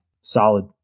solid